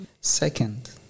Second